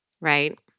right